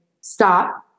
stop